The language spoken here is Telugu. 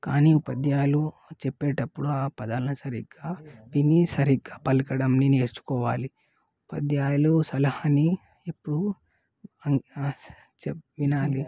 కానీ ఉపాధ్యాయులు చెప్పేటప్పుడు ఆ పదాలని సరిగా విని సరిగా పలకడం నేర్చుకోవాలి ఉపాధ్యాయుల సలహా ఎప్పుడు చె వినాలి